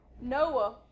Noah